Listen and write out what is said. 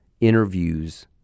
interviews